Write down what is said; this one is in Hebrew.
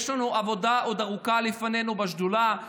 יש לנו עוד עבודה ארוכה לפנינו בשדולה.